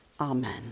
Amen